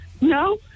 No